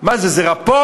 מה זה, זה רפורט?